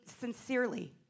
sincerely